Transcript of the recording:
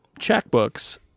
checkbooks